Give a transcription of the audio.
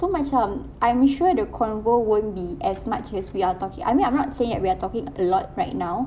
so macam I'm sure the convo won't be as much as we're talking I mean I'm not saying we're talking a lot right now